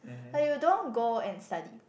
like you don't go and study